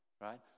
right